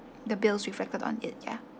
the bills reflected on it yeah